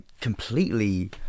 completely